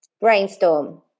brainstorm